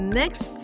next